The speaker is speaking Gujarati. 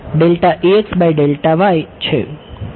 ફર્સ્ટ ટર્મ છે